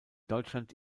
deutschland